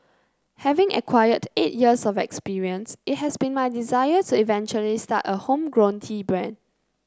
having acquired eight years of experience it has been my desire to eventually start a homegrown tea brand